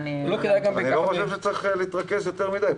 אני חושב שלא צריך להתרכז יותר מדי.